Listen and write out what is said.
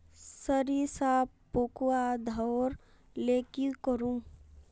सरिसा पूका धोर ले की करूम?